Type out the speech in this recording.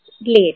late